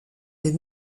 des